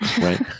right